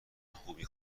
خوبی